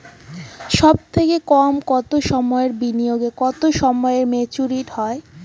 সবথেকে কম কতো সময়ের বিনিয়োগে কতো সময়ে মেচুরিটি হয়?